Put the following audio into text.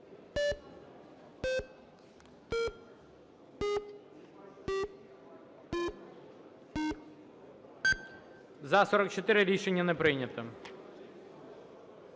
За-20 Рішення не прийнято.